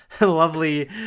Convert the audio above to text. lovely